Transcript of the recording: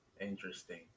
Interesting